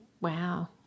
wow